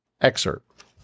excerpt